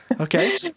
Okay